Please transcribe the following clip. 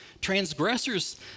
transgressors